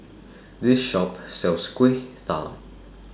This Shop sells Kueh Talam